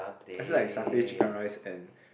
I feel like satay chicken rice and